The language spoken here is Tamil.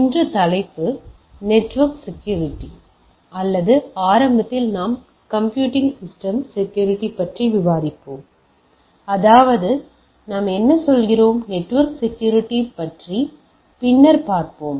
இன்று தலைப்பு நெட்வொர்க் செக்யூரிட்டி அல்லது ஆரம்பத்தில் நாம் கம்ப்யூட்டிங் சிஸ்டத்தின் செக்யூரிட்டி பற்றி விவாதிப்போம் அதாவது நாம் என்ன சொல்கிறோம் நெட்வொர்க் செக்யூரிட்டி பற்றி பின்னர்பார்ப்போம்